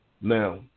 Now